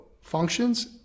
functions